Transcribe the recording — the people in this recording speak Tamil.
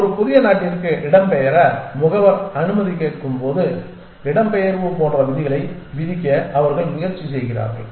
ஒரு புதிய நாட்டிற்கு இடம்பெயர முகவர் அனுமதிக்கும்போது இடம்பெயர்வு போன்ற விதிகளை விதிக்க அவர்கள் முயற்சி செய்கிறார்கள்